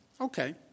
Okay